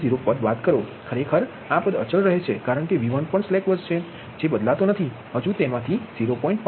પદ બાદ કરો ખરેખર આ પદ અચલ રહે છે કારણ કે V1 પણ સ્લેક બસ છે જે બદલાતો નથી હજુ તેમાથી 0